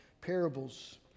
parables